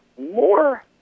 more